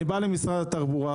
אני בא למשרד התחבורה